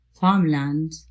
farmland